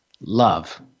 love